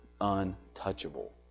untouchable